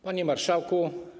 Panie Marszałku!